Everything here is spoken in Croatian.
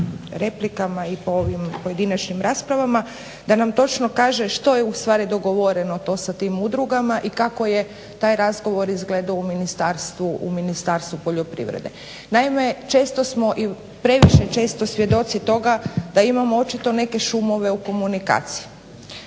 i po ovim pojedinačnim raspravama da nam točno kaže što je ustvari dogovoreno to sa tim udrugama i kako je taj razgovor izgledao u Ministarstvu poljoprivrede. Naime, često smo i previše često svjedoci toga da imamo očito neke šumove u komunikaciji,